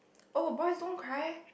oh boys don't cry